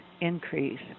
increase